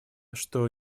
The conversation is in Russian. что